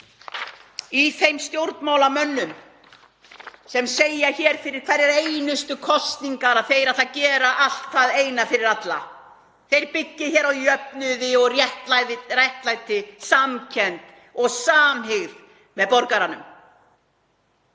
í þeim stjórnmálamönnum sem segja hér fyrir hverjar einustu kosningar að þeir ætli að gera allt hvaðeina fyrir alla. Þeir byggi á jöfnuði og réttlæti, samkennd og samhygð með borgaranum.